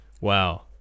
Wow